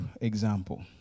example